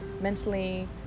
mentally